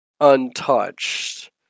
untouched